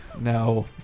No